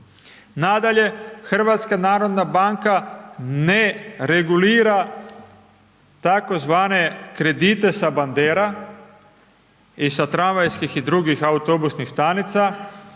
Nadalje HNB ne regulira tzv. kredite sa bandera i sa tramvajskih i drugih autobusnih stanica,